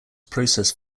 process